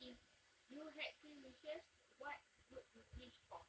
if you had three wishes what would you wish for